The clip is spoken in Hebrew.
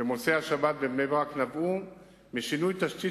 במוצאי השבת בבני-ברק נבעו משינוי תשתית